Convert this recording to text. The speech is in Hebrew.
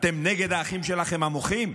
אתם נגד האחים שלכם המוחים?